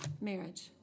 Marriage